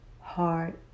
Heart